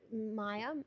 Maya